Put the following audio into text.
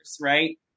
right